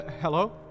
Hello